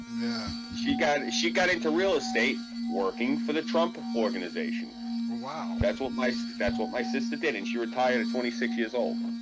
yeah, she got she got into real estate working for the trump, organization wow that's what my so sats what my sister did and she retired at twenty six years old?